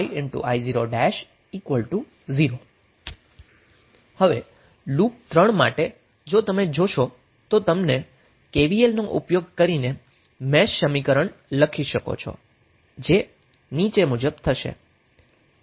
−5i1 i2 10i3 5i0' 0 હવે loop 3 માટે જો તમે જોશો તો તમે KVL નો ઉપયોગ કરીને મેશ સમીકરણ લખી શકો છો